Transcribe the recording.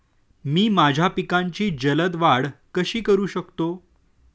मी माझ्या पिकांची जलद वाढ कशी करू शकतो?